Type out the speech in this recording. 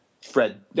Fred